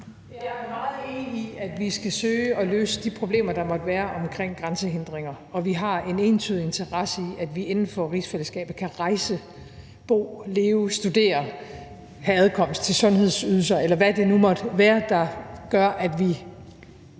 Jeg er meget enig i, at vi skal søge at løse de problemer, der måtte være omkring grænsehindringer. Vi har en entydig interesse i, at vi inden for rigsfællesskabet kan rejse – bo, leve, studere, have adkomst til sundhedsydelser, eller hvad det nu måtte være, der gør, at vi